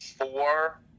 four